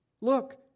look